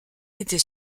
était